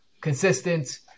consistent